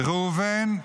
ראובן,